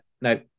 no